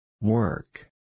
Work